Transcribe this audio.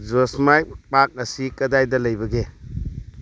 ꯖꯣꯁꯃꯥꯏꯠ ꯄꯥꯛ ꯑꯁꯤ ꯀꯗꯥꯏꯗ ꯂꯩꯕꯒꯦ